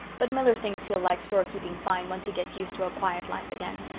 but miller thinks he'll like storekeeping fine once he gets used to a quiet life again,